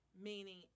meaning